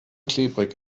klebrig